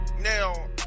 Now